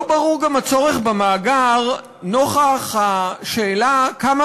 לא ברור הצורך במאגר גם נוכח השאלה כמה